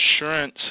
insurance